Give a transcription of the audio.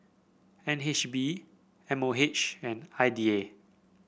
N H B M O H and I D A